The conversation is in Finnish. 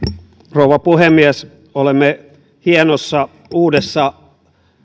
rouva puhemies olemme hienossa uudessa